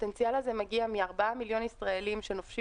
הפוטנציאל הזה מגיע מ-4 מיליון ישראלים שנופשים